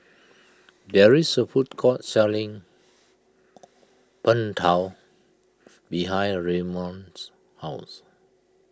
there is a food court selling Png Tao behind Ramon's house